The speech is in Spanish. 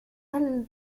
del